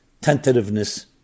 tentativeness